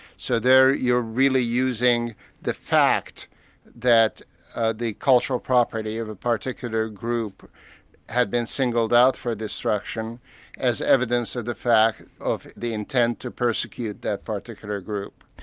so there you're really using the fact that the cultural property of a particular group had been singled out for destruction as evidence of the fact of the intent to persecute that particular group.